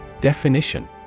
Definition